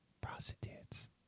Prostitutes